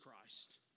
Christ